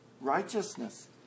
righteousness